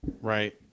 right